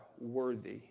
worthy